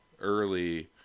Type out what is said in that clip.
early